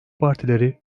partileri